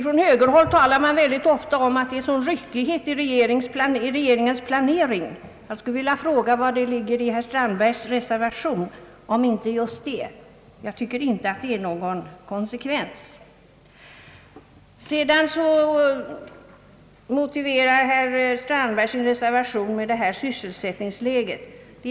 Från högerhåll talar man så ofta om att det är sådan ryckighet i regeringens planering. Jag skulle vilja fråga vad som ligger i herr Strandbergs reservation — om inte just detta. Jag tycker inte att det är någon konsekvens. Sedan motiverar herr Strandberg sin reservation också med sysselsättningsläget.